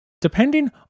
Depending